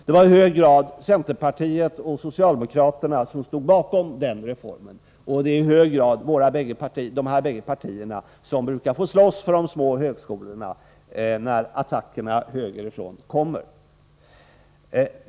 Det var i hög grad centerpartiet och socialdemokraterna som stod bakom denna reform, och det är i hög grad dessa båda partier som brukar få slåss för de små högskolorna när attackerna från höger kommer.